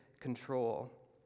control